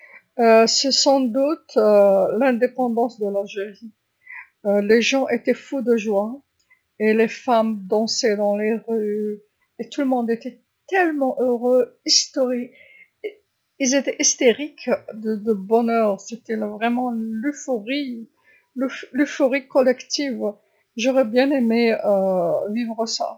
إثنين وستون استقلال الجزائر، كان الناس في سعاده غامره وكانت النساء يرقصن في الشوارع وكان الجميع سعداء للغايه، وكان ذلك تاريخيًا، وكنت في حالة هستيريه من السعاده، لقد كانت النشوة الحقيقيه، النشوه الجماعيه كنت أرغب في تجربة ذلك.